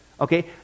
Okay